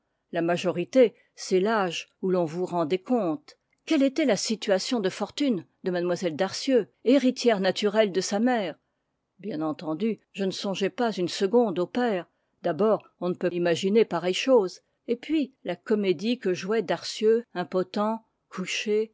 la majorité c'est l'âge où l'on vous rend des comptes quelle était la situation de fortune de mlle darcieux héritière naturelle de sa mère bien entendu je ne songeai pas une seconde au père d'abord on ne peut imaginer pareille chose et puis la comédie que jouait darcieux impotent couché